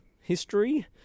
history